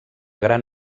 gran